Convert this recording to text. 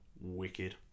Wicked